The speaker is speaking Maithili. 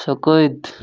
सकैत